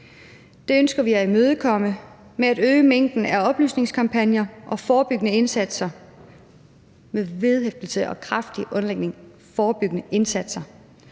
Det ønsker vi at imødekomme ved at øge mængden af oplysningskampagner og forebyggende indsatser over for de unge kvinder og mænd, så de